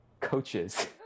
coaches